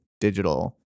digital